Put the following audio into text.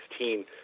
2016